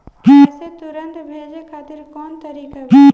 पैसे तुरंत भेजे खातिर कौन तरीका बा?